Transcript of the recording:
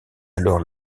alors